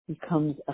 becomes